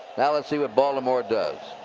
now let's see what baltimore does.